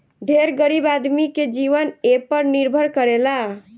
ढेर गरीब आदमी के जीवन एपर निर्भर करेला